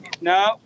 No